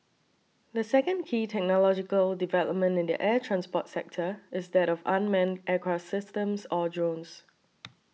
the second key technological development in the air transport sector is that of unmanned aircraft systems or drones